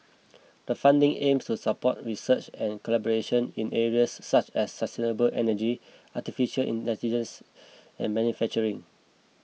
the funding aims to support research and collaboration in areas such as sustainable energy Artificial Intelligence and manufacturing